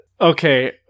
Okay